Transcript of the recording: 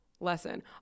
lesson